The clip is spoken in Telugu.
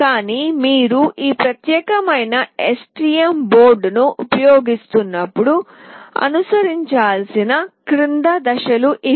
కానీ మీరు ఈ ప్రత్యేకమైన STM బోర్డ్ను ఉపయోగిస్తున్నప్పుడు అనుసరించాల్సిన క్రింది దశలు ఇవి